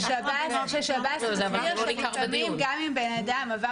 שב"ס הזכיר שלפעמים גם אם בן אדם עבר